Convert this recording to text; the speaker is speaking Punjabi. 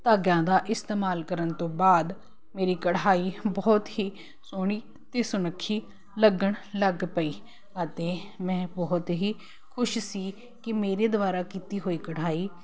ਧਾਗਿਆਂ ਦਾ ਇਸਤੇਮਾਲ ਕਰਨ ਤੋਂ ਬਾਅਦ ਮੇਰੀ ਕਢਾਈ ਬਹੁਤ ਹੀ ਸੋਹਣੀ ਅਤੇ ਸੁਨੱਖੀ ਲੱਗਣ ਲੱਗ ਪਈ ਅਤੇ ਮੈਂ ਬਹੁਤ ਹੀ ਖੁਸ਼ ਸੀ ਕਿ ਮੇਰੇ ਦੁਆਰਾ ਕੀਤੀ ਹੋਈ ਕਢਾਈ